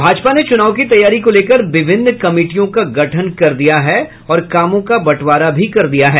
भाजपा ने चुनाव की तैयारी को लेकर विभिन्न कमीटियों का गठन कर दिया है और कामों का बंटवारा कर दिया है